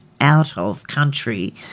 out-of-country